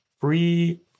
free